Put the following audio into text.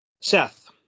Seth